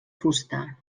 fusta